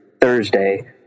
Thursday